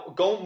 go